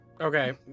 okay